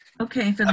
Okay